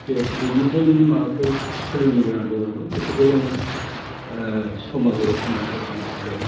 बेयाव बेनिफ्राय जुदि माबाफोर सोलोंनो गोनां दङबा बेफोरखौ जों समाजाव होना गालांनो हाबाय